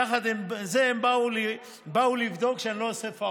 יחד עם זה, הם באו לבדוק שאני לא עושה פאולים.